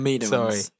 Sorry